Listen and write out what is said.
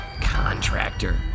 Contractor